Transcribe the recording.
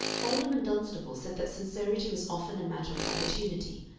alderman dunstable said that sincerity was often a matter of opportunity,